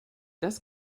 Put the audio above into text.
das